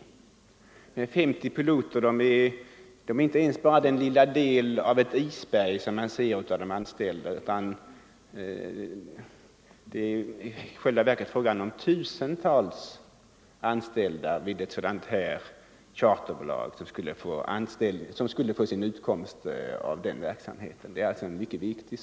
Men dessa 50 piloter utgör inte ens toppen av det isberg som består av alla anställda. I själva verket skulle tusentals personer få sin utkomst av ett sådant här charterbolag.